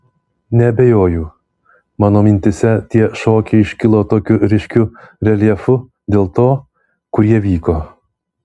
neabejoju mano mintyse tie šokiai iškilo tokiu ryškiu reljefu dėl to kur jie vyko